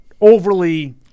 overly